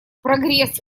прогресс